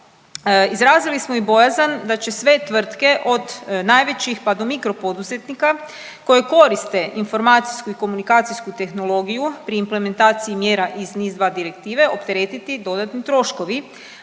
Izrazili smo i bojazan da će sve tvrtke, od najvećih, pa do mikro poduzetnika koji koriste informacijsku i komunikacijsku tehnologiju pri implementaciji mjera iz NIS2 Direktive opteretiti dodatni troškovi,